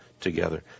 together